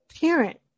parent